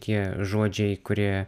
tie žodžiai kurie